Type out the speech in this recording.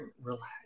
relax